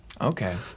okay